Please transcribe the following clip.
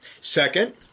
Second